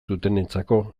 dutenentzako